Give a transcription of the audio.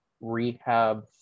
Rehab